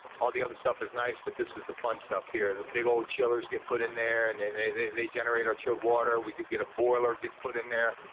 all the other stuff is nice, but this is the fun stuff, here. the big ol' chillers get put in there, and and they they generate our chilled water. we did get a boiler gets put in there.